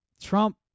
Trump